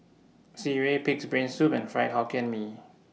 Sireh Pig'S Brain Soup and Fried Hokkien Mee